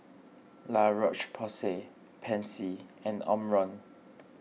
La Roche Porsay Pansy and Omron